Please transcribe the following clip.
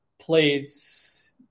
plates